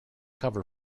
cover